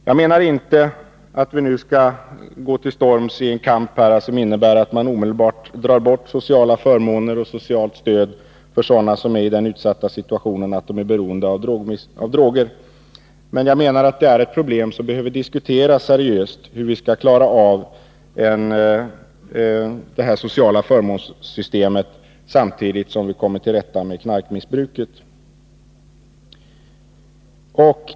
Jag menar inte att vi nu skall gå till storms i en kamp som innebär att man omedelbart drar in sociala förmåner och socialt stöd för utsatta grupper som är beroende av droger, utan jag menar att det är ett problem som behöver diskuteras seriöst. Vi behöver diskutera hur vi skall klara av det sociala förmånssystemet samtidigt som vi kommer till rätta med knarkmissbruket.